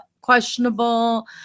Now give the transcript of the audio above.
questionable